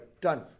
Done